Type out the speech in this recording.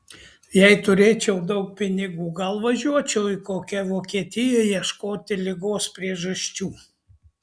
jei turėčiau daug pinigų gal važiuočiau į kokią vokietiją ieškoti ligos priežasčių